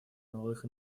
молодых